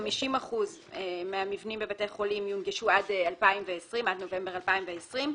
50% מהמבנים בבתי החולים יונגשו עד נובמבר 2020,